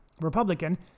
Republican